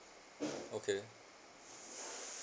okay